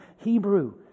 Hebrew